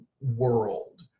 world